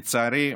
לצערי,